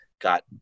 got